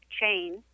chain